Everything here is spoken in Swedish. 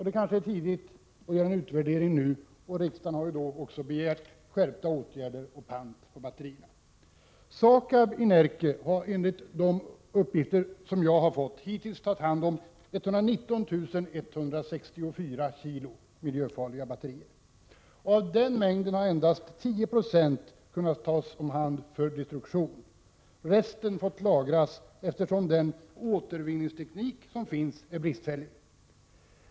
Det kanske är för tidigt att göra en utvärdering, men riksdagen har begärt skärpta åtgärder och pant på batterier. SAKAB i Närke har, enligt de uppgifter jag har fått, hittills tagit hand om 119 164 kg miljöfarliga batterier. Av den mängden har endast 10 96 kunnat tas om hand för destruktion. Resten har fått lagras, eftersom den återvinningsteknik som finns är bristfällig.